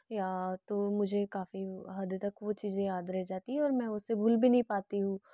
या तो मुझे काफ़ी हद तक वो चीज़ें याद रह जाती हैं और मैं उसे भूल भी नहीं पाती हूँ